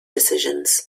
decisions